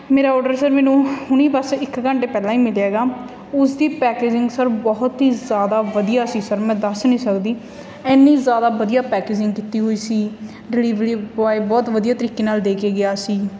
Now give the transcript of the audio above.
ਮੇਰਾ order sir ਮੈਨੂੰ ਹੁਣੇ ਬਸ ਘੰਟੇ ਪਹਿਲਾਂ ਹੀ ਮਿਲਿਆ ਹੈਗਾ ਉਸਦੀ ਪੈਕਜਿੰਗ ਸਰ ਬਹੁਤ ਹੀ ਜ਼ਿਆਦਾ ਵਧੀਆ ਸੀ ਸਰ ਮੈਂ ਦੱਸ ਨਹੀਂ ਸਕਦੀ ਇੰਨੀ ਜ਼ਿਆਦਾ ਵਧੀਆ ਪੈਕਜਿੰਗ ਕੀਤੀ ਹੋਈ ਸੀ ਡਿਲੀਵਰੀ ਬੋਆਏ ਬਹੁਤ ਵਧੀਆ ਤਰੀਕੇ ਨਾਲ ਦੇ ਕੇ ਗਿਆ ਸੀ